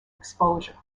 exposure